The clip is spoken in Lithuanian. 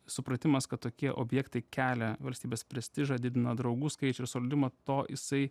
supratimas kad tokie objektai kelia valstybės prestižą didina draugų skaičių ir solidumą to jisai